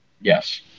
Yes